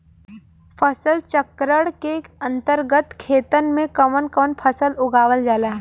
फसल चक्रण के अंतर्गत खेतन में कवन कवन फसल उगावल जाला?